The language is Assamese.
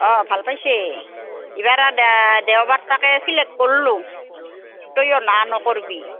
অঁ ভাল পাইছে ইবাৰ দে দেওবাৰ তাকে চিলেক্ট কৰলোঁ তইো না নকৰবি